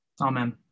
amen